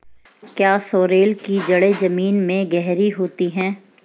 क्या सोरेल की जड़ें जमीन में गहरी होती हैं?